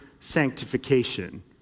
sanctification